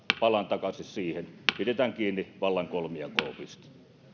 palaan takaisin siihen että pidetään kiinni vallan kolmijako opista